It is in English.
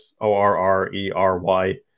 O-R-R-E-R-Y